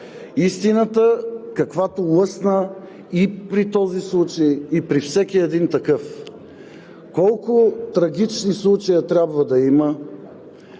истината, каквато лъсна и при този случай, и при всеки един такъв. Колко трагични случаи трябва да има,